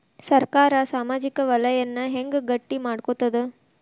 ಸರ್ಕಾರಾ ಸಾಮಾಜಿಕ ವಲಯನ್ನ ಹೆಂಗ್ ಗಟ್ಟಿ ಮಾಡ್ಕೋತದ?